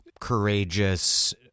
courageous